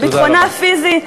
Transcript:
בביטחונה הפיזי,